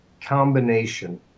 combination